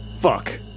fuck